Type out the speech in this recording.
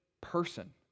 person